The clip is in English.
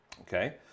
Okay